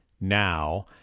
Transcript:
now